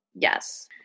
Yes